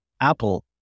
Apple